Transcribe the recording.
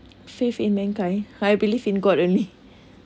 faith in mankind I believe in god only